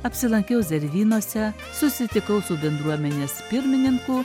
apsilankiau zervynose susitikau su bendruomenės pirmininku